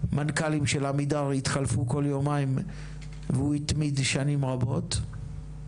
מנכ"לים של עמידר התחלפו כל יומיים והוא התמיד שנים רבות.